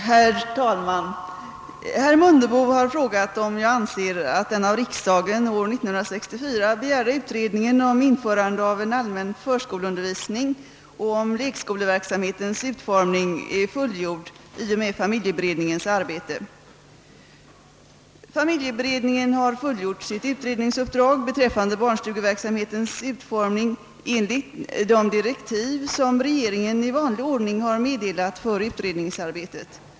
Herr talman! Herr Mundebo har frå: gat om jag anser att den av riksdagen år 1964 begärda utredningen om införande av en allmän förskoleundervisning och om lekskoleverksamhetens utformning är fullgjord i och med familjeberedningens arbete. Familjeberedningen har fullgjort sitt utredningsuppdrag beträffande barnstugeverksamhetens utformning enligt de direktiv som regeringen i vanlig ordning har meddelat för utredningsarbetet.